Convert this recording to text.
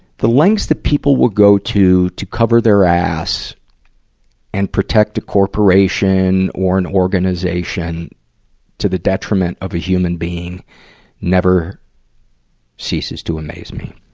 the lengths that people will go to to cover their ass and protect a corporation or an organization to the detriment of a human being never ceases to amaze me.